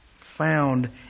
found